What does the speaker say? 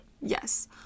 Yes